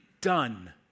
done